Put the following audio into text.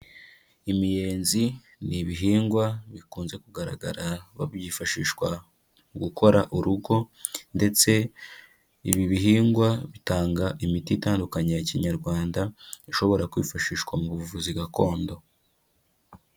Imiyenzi ni ibihingwa bikunze kugaragara babyifashishwa mu gukora urugo ndetse ibi bihingwa bitanga imiti itandukanye ya Kinyarwanda, ishobora kwifashishwa mu buvuzi gakondo.